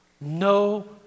no